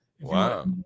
Wow